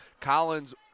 Collins